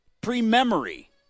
Pre-memory